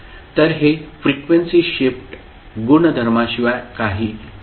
तर हे frequency shift गुणधर्माशिवाय काही नाही